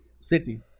city